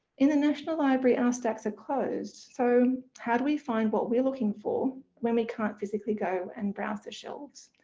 in the national library our stacks are closed. so how do we find what we're looking for when we can't physically go and browse the shelves?